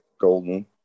golden